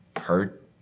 hurt